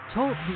Talk